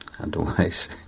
Otherwise